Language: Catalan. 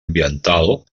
ambiental